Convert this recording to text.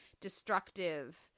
destructive